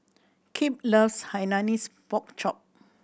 Kip loves Hainanese Pork Chop